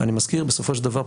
אני מזכיר שבסופו של דבר,